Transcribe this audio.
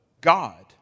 God